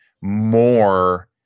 more